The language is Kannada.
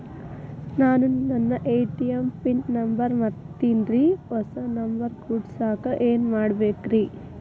ನಾನು ನನ್ನ ಎ.ಟಿ.ಎಂ ಪಿನ್ ನಂಬರ್ ಮರ್ತೇನ್ರಿ, ಹೊಸಾ ನಂಬರ್ ಕುಡಸಾಕ್ ಏನ್ ಮಾಡ್ಬೇಕ್ರಿ?